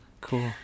cool